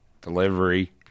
delivery